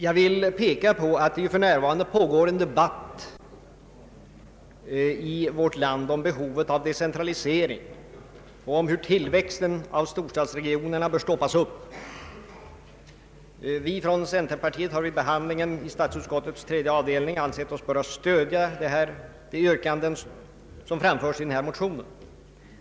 Jag vill peka på att det för närvarande pågår en debatt i vårt land om behovet av decentralisering och om hur tillväxten av storstadsregionerna bör hejdas. Vi från centerpartiet har vid behandlingen i statsutskottets tredje avdelning ansett oss böra stödja de yrkanden som framförs i herr Lindblads motion.